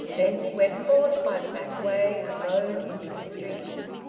then he went forth, by the back way, alone into the streets.